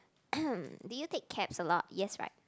do you take cabs a lot yes right